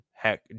heck